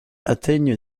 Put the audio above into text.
atteignent